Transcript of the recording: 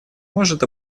может